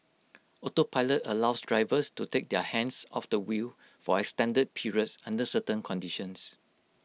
autopilot allows drivers to take their hands off the wheel for extended periods under certain conditions